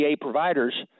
providers